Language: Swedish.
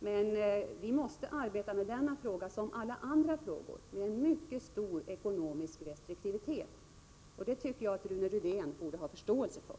Men i såväl denna fråga som alla andra frågor måste vi arbeta med mycket stor ekonomisk restriktivitet, och det tycker jag att Rune Rydén borde ha förståelse för.